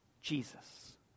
Jesus